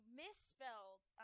misspelled